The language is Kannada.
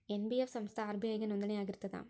ಎನ್.ಬಿ.ಎಫ್ ಸಂಸ್ಥಾ ಆರ್.ಬಿ.ಐ ಗೆ ನೋಂದಣಿ ಆಗಿರ್ತದಾ?